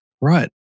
Right